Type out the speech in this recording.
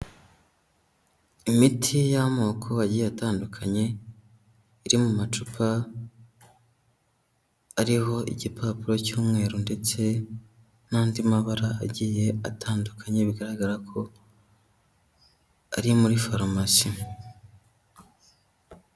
Imiti y'amoko agiye atandukanye, iri mu macupa ariho igipapuro cy'umweru ndetse n'andi mabara agiye atandukanye, bigaragara ko ari muri farumasi.